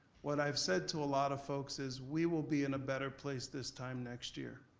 what i've said to a lot of folks is we will be in a better place this time next year.